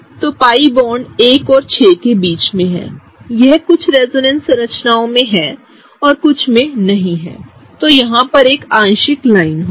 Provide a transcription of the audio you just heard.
तोपाई bond 1 और 6 के बीच में हैंयह रेजोनेंस संरचनाओं में से कुछ में है और कुछ में नहीं है तो यहां एक आंशिक लाइन होगी